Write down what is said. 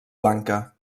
blanca